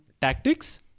tactics